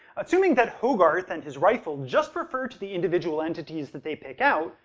assuming that hogarth and his rifle just refer to the individual entities that they pick out,